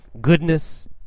goodness